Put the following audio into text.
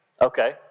Okay